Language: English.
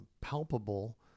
palpable